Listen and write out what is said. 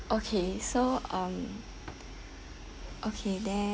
okay so um okay then